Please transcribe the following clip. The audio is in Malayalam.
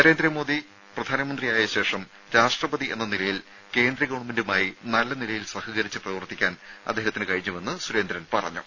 നരേന്ദ്രമോദി പ്രധാനമന്ത്രിയായ ശേഷം രാഷ്ട്രപതി എന്ന നിലയിൽ കേന്ദ്ര ഗവൺമെന്റുമായി നല്ല രീതിയിൽ സഹകരിച്ച് പ്രവർത്തിക്കാൻ അദ്ദേഹത്തിന് സാധിച്ചുവെന്ന് സുരേന്ദ്രൻ പറഞ്ഞു